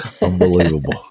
Unbelievable